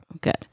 Good